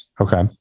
Okay